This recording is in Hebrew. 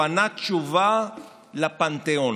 הוא ענה תשובה לפנתיאון: